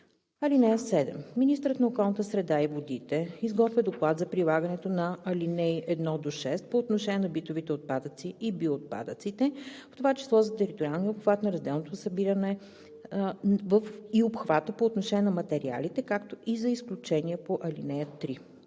ал. 1. (7) Министърът на околната среда и водите изготвя доклад за прилагането на ал. 1 – 6 по отношение на битовите отпадъци и биоотпадьците, в това число за териториалния обхват на разделното събиране и обхвата по отношение на материалите, както и за изключения по ал. 3.